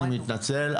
אני מתנצל,